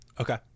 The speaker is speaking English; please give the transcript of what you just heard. Okay